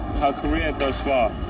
career thus far.